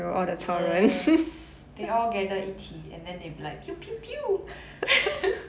ya they all gather 一起 and then they like pew pew pew